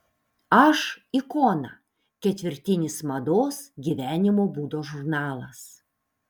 aš ikona ketvirtinis mados gyvenimo būdo žurnalas